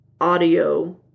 audio